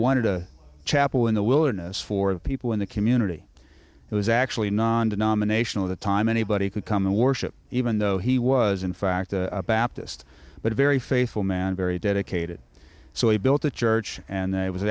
wanted a chapel in the wilderness for the people in the community it was actually non denominational the time anybody could come the warship even though he was in fact a baptist but a very faithful man very dedicated so he built a church and